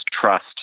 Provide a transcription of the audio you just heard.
trust